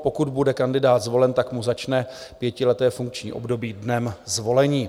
Pokud bude kandidát zvolen, tak mu začne pětileté funkční období dnem zvolení.